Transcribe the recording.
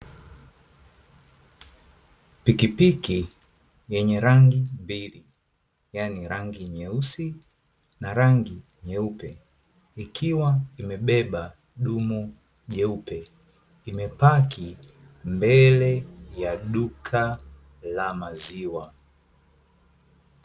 Pikipiki yenye rangi mbili, yaani rangi nyeusi na rangi nyeupe; ikiwa imebeba dumu jeupe, imepaki mbele ya duka la maziwa.